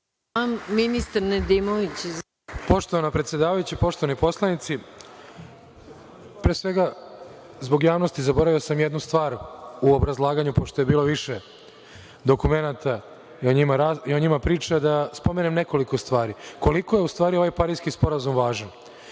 **Branislav Nedimović** Poštovana predsedavajuća, poštovani poslanici, pre svega zbog javnosti, zaboravio sam jednu stvar u obrazlaganju, pošto je bilo više dokumenata i o njima priča da spomenem nekoliko stvari. Koliko je u stvari ovaj Pariski sporazum važan.